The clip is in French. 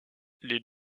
les